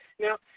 Now